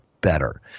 better